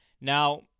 Now